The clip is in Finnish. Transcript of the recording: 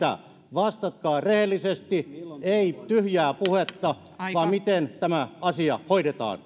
vastatkaa rehellisesti ei tyhjää puhetta vaan miten tämä asia hoidetaan